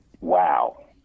wow